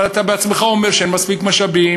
אבל אתה עצמך אומר שאין מספיק משאבים,